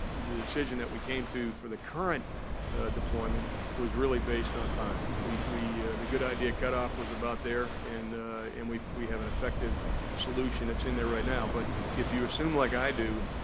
the decision that we came to for the current deployment was really based on time. we, the good idea cutoff was about there and and we we have an effective solution that's in there right now, but if you assume like i do,